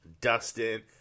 Dustin